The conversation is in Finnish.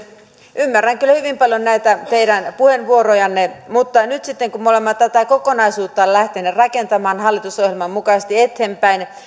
ymmärrän kyllä hyvin paljon näitä teidän puheenvuorojanne mutta nyt sitten kun me olemme tätä kokonaisuutta lähteneet rakentamaan hallitusohjelman mukaisesti eteenpäin